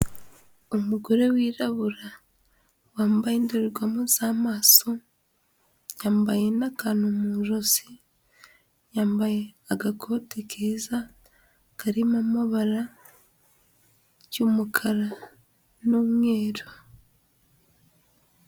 Umugore wirabura, wambaye indorerwamo z'amaso, yambaye n'akantu mu ijosi, yambaye agakote keza karimo amabara, ry'umukara n'umweru.